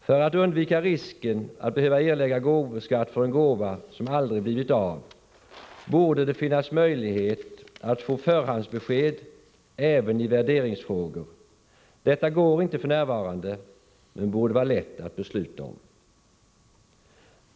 För att undvika risken att behöva erlägga gåvoskatt för en gåva som aldrig blivit av borde det finnas möjlighet att få förhandsbesked även i värderingsfrågor. Detta går inte f.n. men borde vara lätt att besluta om.